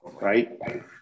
right